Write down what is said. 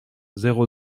zéro